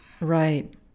right